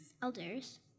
elders